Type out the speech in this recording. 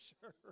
sure